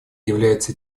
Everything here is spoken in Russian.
является